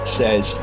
says